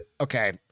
Okay